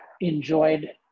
enjoyed